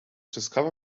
discover